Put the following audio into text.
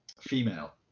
Female